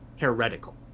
heretical